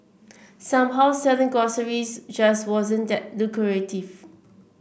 somehow selling groceries just wasn't that lucrative